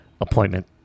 appointment